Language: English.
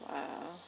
Wow